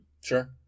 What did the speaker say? Sure